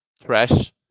trash